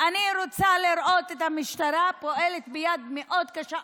אני רוצה לראות את המשטרה פועלת ביד מאוד קשה,